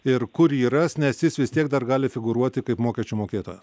ir kur jį rast nes jis vis tiek dar gali figūruoti kaip mokesčių mokėtojas